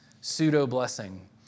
pseudo-blessing